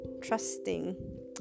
trusting